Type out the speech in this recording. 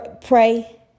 Pray